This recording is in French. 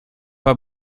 pas